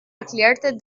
erklärte